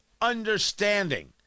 understanding